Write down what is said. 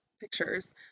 pictures